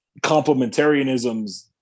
complementarianisms